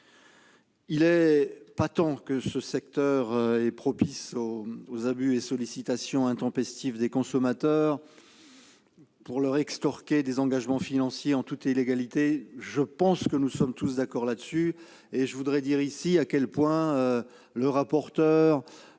Il est patent que ce secteur est propice aux abus et aux sollicitations intempestives des consommateurs pour leur extorquer des engagements financiers en toute illégalité. Je pense que nous sommes tous d'accord sur ce point : ces pratiques sont éminemment